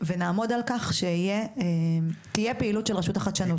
ונעמוד על כך שתהיה פעילות של רשות לחדשנות.